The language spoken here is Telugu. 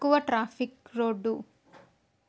తక్కువ ట్రాఫిక్ రోడ్డు